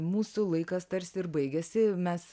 mūsų laikas tarsi ir baigėsi mes